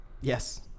Yes